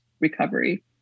recovery